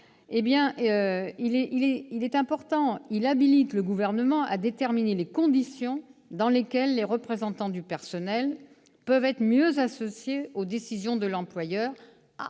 en commission, habilite le Gouvernement à « déterminer les conditions dans lesquelles les représentants du personnel peuvent être mieux associés aux décisions de l'employeur